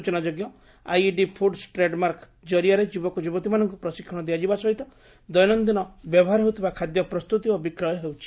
ସୂଚନାଯୋଗ୍ୟ ଆଇଇଡି ପୁଡ୍ସ୍ ଟ୍ ଜରିଆରେ ଯୁବକଯୁବତୀମାନଙ୍କୁ ପ୍ରଶିକ୍ଷଣ ଦିଆଯିବା ସହିତ ଦୈନନ୍ଦିନ ବ୍ୟବହାର ହେଉଥିବା ଖାଦ୍ୟ ପ୍ରସ୍ତୁତି ଓ ବିକ୍ରୟ ହେଉଛି